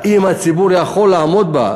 האם הציבור יכול לעמוד בה.